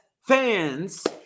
fans